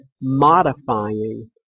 modifying